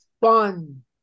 fun